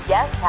Yes